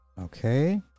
Okay